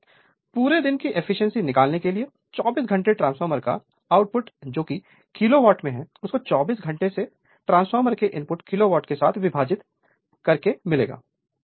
Refer Slide Time 2324 पूरे दिन की एफिशिएंसी निकालने के लिए 24 घंटे ट्रांसफार्मर का आउटपुट जोकि किलोवाट में है उसको 24 घंटे में ट्रांसफार्मर के इनपुट किलोवाट के साथ विभाजित करके मिलेगा